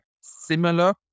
similar